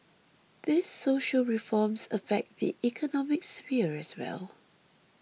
these social reforms affect the economic sphere as well